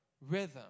rhythm